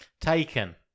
Taken